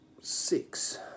six